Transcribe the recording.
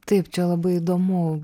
taip čia labai įdomu